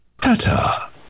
Ta-ta